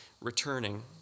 returning